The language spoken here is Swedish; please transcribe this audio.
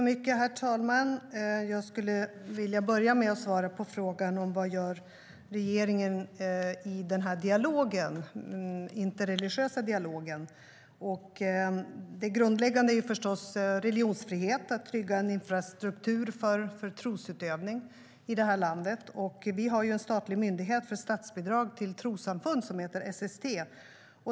Herr talman! Jag vill börja med att svara på frågan om vad regeringen gör i den interreligiösa dialogen. Det grundläggande är förstås religionsfrihet och att trygga en infrastruktur för trosutövning i landet. Vi har en statlig myndighet för statsbidrag till trossamfund som heter SST.